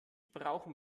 brauchen